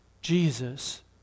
Jesus